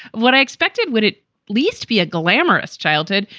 what i expected would at least be a glamorous childhood.